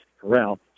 Corral